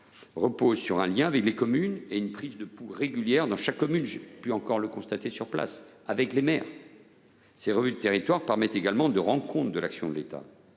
repose sur un lien avec les communes et une prise de pouls régulière de chacune d’entre elles. J’ai encore pu le constater sur place, avec les maires. Ces revues de territoire permettent également de rendre compte de l’action de l’État.